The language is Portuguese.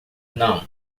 não